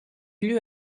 lieu